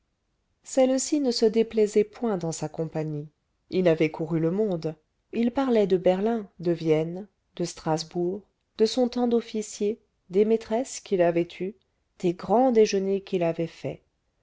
celle-ci ne se déplaisait point dans sa compagnie il avait couru le monde il parlait de berlin de vienne de strasbourg de son temps d'officier des maîtresses qu'il avait eues des grands déjeuners qu'il avait faits